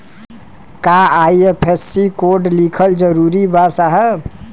का IFSC code लिखल जरूरी बा साहब?